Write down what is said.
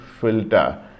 filter